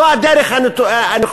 זאת הדרך הנכונה,